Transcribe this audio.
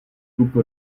klub